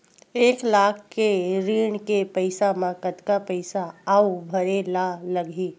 एक लाख के ऋण के पईसा म कतका पईसा आऊ भरे ला लगही?